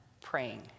praying